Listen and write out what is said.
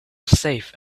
safe